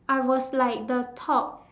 I was like the top